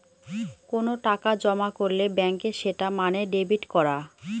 কোনো টাকা জমা করলে ব্যাঙ্কে সেটা মানে ডেবিট করা